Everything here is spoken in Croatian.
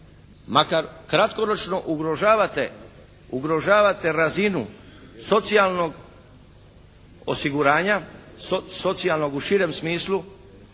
makar kratkoročno ugrožavate razinu socijalnog osiguranja, socijalnog u širem smislu